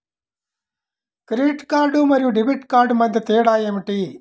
Credit card మరియు debit card మధ్య తేడా ఏమిటి?